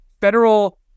Federal